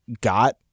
got